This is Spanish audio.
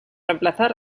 reemplazar